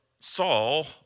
Saul